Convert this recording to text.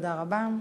תודה רבה.